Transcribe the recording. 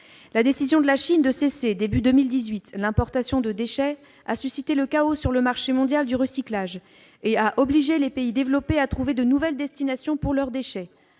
La décision de la Chine de mettre fin au début de 2018 aux importations de déchets a suscité le chaos sur le marché mondial du recyclage et a obligé les pays développés à trouver de nouvelles destinations pour leurs déchets.